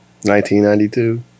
1992